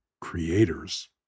creators